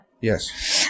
Yes